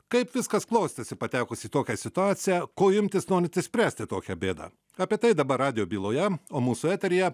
kaip viskas klostėsi patekus į tokią situaciją ko imtis norint išspręsti tokią bėdą apie tai dabar radijo byloje o mūsų eteryje